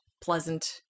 pleasant